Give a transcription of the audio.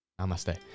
Namaste